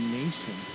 nation